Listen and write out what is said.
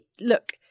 look